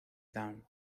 down